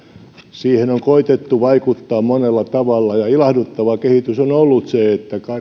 siihen on koetettu vaikuttaa monella tavalla ja ilahduttava kehitys on ollut se että